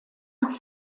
nach